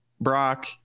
Brock